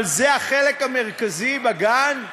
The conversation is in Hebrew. אבל זה החלק המרכזי בגן?